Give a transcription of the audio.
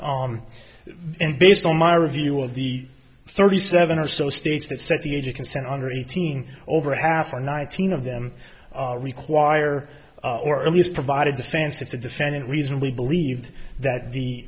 and based on my review of the thirty seven or so states that set the age of consent under eighteen over half or nineteen of them require or at least provided the fans that the defendant reasonably believed that the